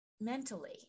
mentally